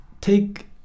take